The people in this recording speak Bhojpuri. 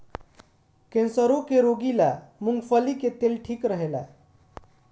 कैंसरो के रोगी ला मूंगफली के तेल ठीक रहेला